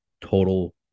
total